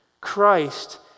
Christ